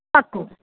પાક્કું